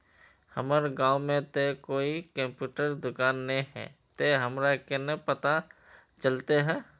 हमर गाँव में ते कोई कंप्यूटर दुकान ने है ते हमरा केना पता चलते है?